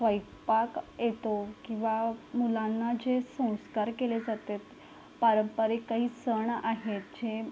स्वयंपाक येतो किंवा मुलांना जे संस्कार केले जात आहेत पारंपरिक काही सण आहेत जे